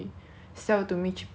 sell to me cheaper lor